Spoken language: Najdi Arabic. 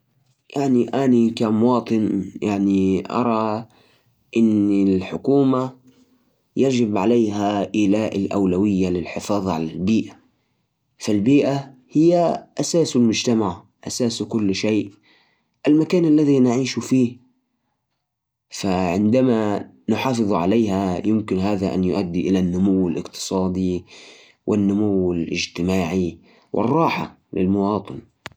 الحكومات يجب أن توازن بين النمو الاقتصادي والحفاظ على البيئة. النمو الاقتصادي ضروري لتحسين المعيشة وتوفير الوظائف. لكن في نفس الوقت، إذا لم يتم الحفاظ على البيئة، راح تكون النتائج سلبية على الصحة والموارد في المستقبل. لذلك، من المهم تبني استراتيجيات اتنمويه مستدامة تعزز الاقتصاد وتحمي البيئة في نفس الوقت. والسعادة والراحة.